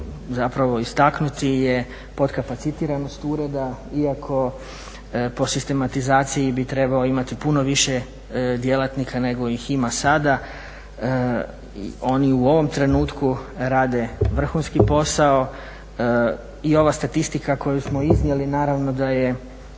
zapravo istaknuti je potkapacitiranost ureda iako po sistematizaciji bi trebao imati puno više djelatnika nego ih ima sada. Oni u ovom trenutku rade vrhunski posao i ova statistika koju smo iznijeli naravno da je